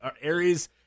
Aries